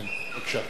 בבקשה.